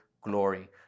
glory